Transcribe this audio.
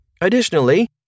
Additionally